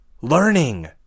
Learning